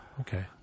okay